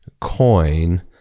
coin